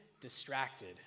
distracted